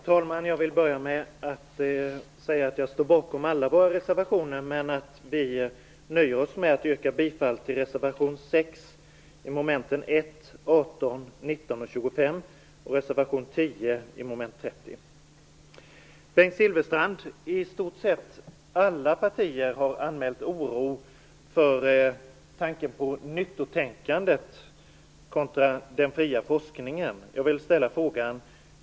Herr talman! Jag vill börja med att säga att jag står bakom alla våra reservationer, men att vi nöjer oss med att yrka bifall till reservation 6 i mom. 1, 18, 19 I stort sett alla partier har anmält oro vad gäller nyttotänkandet kontra den fria forskningen, Bengt Silfverstrand.